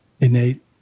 innate